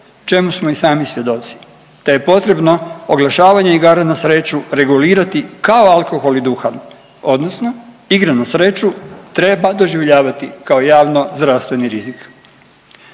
čemu smo i sami svjedoci. Da je potrebno oglašavanje igara na sreću regulirati kao alkohol i duha, odnosno igre na sreću treba doživljavati kao javno zdravstveni rizik.